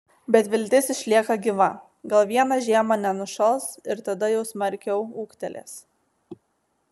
bet viltis išlieka gyva gal vieną žiemą nenušals ir tada jau smarkiau ūgtelės